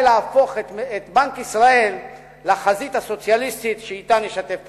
להפוך את בנק ישראל לחזית הסוציאליסטית שאתה נשתף פעולה".